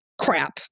crap